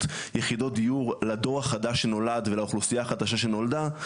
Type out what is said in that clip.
יחידות דיור לדור החדש שנולד ולאוכלוסייה החדשה שנולדה,